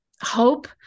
hope